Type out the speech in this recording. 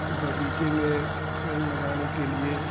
बगीचे में पेड़ लगाने के लिए